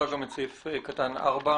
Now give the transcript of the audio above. בבקשה קרא גם את סעיף קטן (4).